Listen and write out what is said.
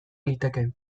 liteke